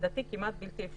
לדעתי זה כמעט בלתי אפשרי.